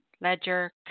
ledger